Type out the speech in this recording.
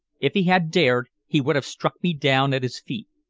if he had dared, he would have struck me down at his feet.